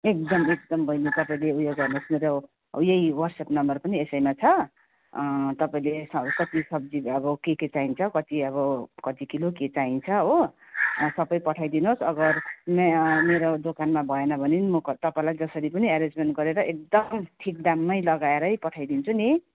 एकदम एकदम बहिनी तपाईँले उयो गर्नुस् मेरो यही वाट्सएप नम्बर पनि यसैमा छ तपाईँले यसमा कति सब्जी अब के के चाहिन्छ कति अब कति किलो के चाहिन्छ हो सबै पठाइदिनोस् अगर मे मेरो दोकानमा भएन भने पनि म तपाईँलाई जसरी पनि एरेन्जमेन्ट गरेर एकदम ठिक दाममै लगाएरै पठाइदिन्छु नि